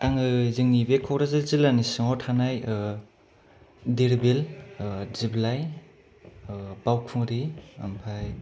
आङो बे जोंनि क'क्राझार जिल्लानि सिङाव थानाय धिरबिल दिब्लाय बावखुंग्रि